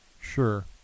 Sure